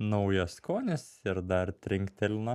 naujas skonis ir dar trinktelna